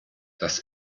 dass